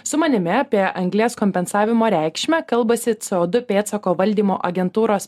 su manimi apie anglies kompensavimo reikšmę kalbasi co du pėdsako valdymo agentūros